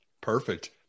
Perfect